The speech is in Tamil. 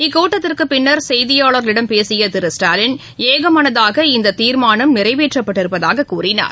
இக்கூட்டத்திற்குபின்னர் செய்தியாளர்களிடம் பேசியதிரு ஸ்டாலின் ஏகமனதாக இந்ததீர்மானம் நிறைவேற்றப்பட்டிருப்பதாககூறினார்